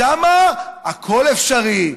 שם הכול אפשרי.